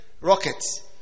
rockets